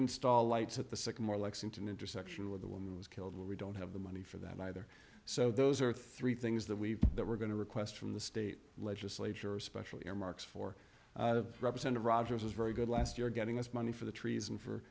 install lights at the sycamore lexington intersection where the woman was killed we don't have the money for that either so those are three things that we that we're going to request from the state legislature especially earmarks for represented rogers was very good last year getting this money for the trees and for